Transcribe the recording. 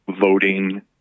voting